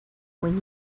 when